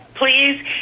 Please